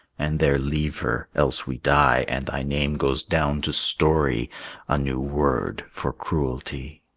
and there leave her else we die, and thy name goes down to story a new word for cruelty.